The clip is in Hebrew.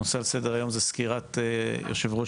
הנושא על סדר היום זה סקירת יושב ראש